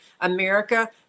America